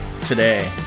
Today